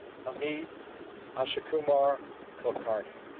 amit ashokkumar kulkarni